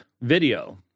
video